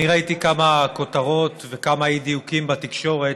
אני ראיתי כמה כותרות וכמה אי-דיוקים בתקשורת,